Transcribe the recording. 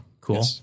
Cool